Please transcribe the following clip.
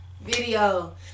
video